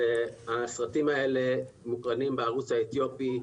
הסרטים האלה מוקרנים בערוץ האתיופי,